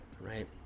Right